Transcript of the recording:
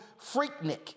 freaknik